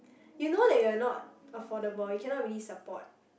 you know that you are not affordable you cannot really support